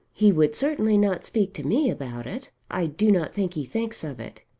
he would certainly not speak to me about it. i do not think he thinks of it.